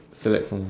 select from